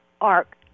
arc